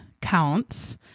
counts